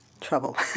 trouble